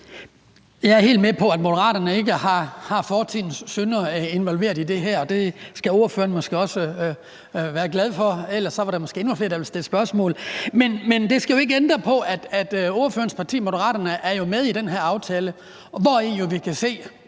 Jeg er helt med på, at Moderaterne ikke har fortidens synder involveret i det her, og det skal ordføreren måske også være glad for, for ellers var der måske endnu flere, der ville stille spørgsmål, men det skal jo ikke ændre på, at ordførerens parti, Moderaterne, er med i den her aftale. Og heri kan vi